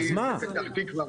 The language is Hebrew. בפתח תקווה,